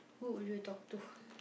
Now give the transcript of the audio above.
who would you talk to